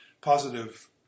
positive